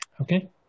Okay